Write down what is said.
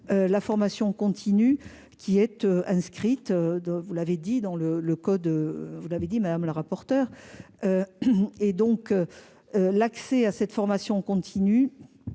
La formation continue qui êtes inscrites de vous l'avez dit dans le le code, vous l'avez dit madame la rapporteure. Et donc. L'accès à cette formation continue.